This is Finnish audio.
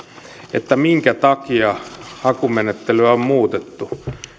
että minkä takia hakumenettelyä on muutettu